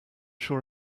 sure